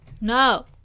No